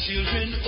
Children